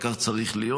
וכך צריך להיות.